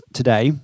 today